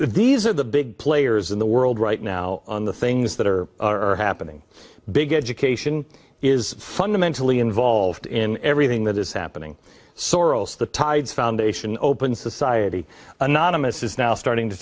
these are the big players in the world right now on the things that are happening big education is fundamentally involved in everything that is happening sorrels the tides foundation open society anonymous is now starting to